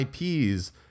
IPs